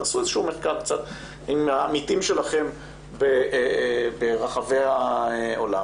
תעשו איזשהו מחקר עם העמיתים שלכם ברחבי העולם,